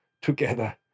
together